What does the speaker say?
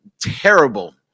terrible